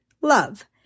love